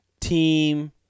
team